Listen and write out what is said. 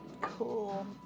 Cool